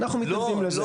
אנחנו מתנגדים לזה.